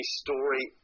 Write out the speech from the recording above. story